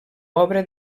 obra